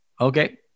Okay